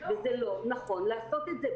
וזה לא נכון לעשות את זה,